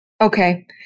Okay